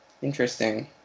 Interesting